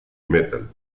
metal